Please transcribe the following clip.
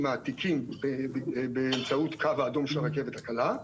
העתיקים באמצעות הקו האדום של הרכבת הקלה,